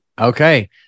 Okay